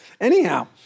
Anyhow